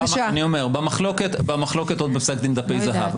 אני מבקש להדגיש,